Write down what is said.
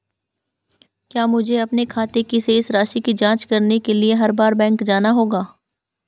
क्या मुझे अपने खाते की शेष राशि की जांच करने के लिए हर बार बैंक जाना होगा?